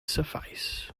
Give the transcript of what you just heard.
suffice